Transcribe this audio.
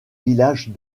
villages